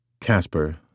Casper